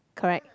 correct